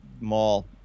mall